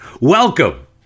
Welcome